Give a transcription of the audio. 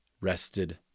rested